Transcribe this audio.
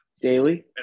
daily